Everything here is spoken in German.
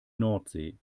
nordsee